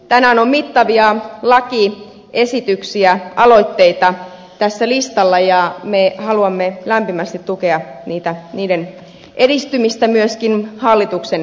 tänään on mittavia lakiesityksiä aloitteita tässä listalla ja me haluamme lämpimästi tukea niiden edistymistä myöskin hallituksen riveissä